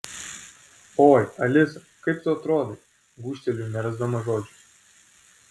oi alisa kaip tu atrodai gūžteliu nerasdama žodžių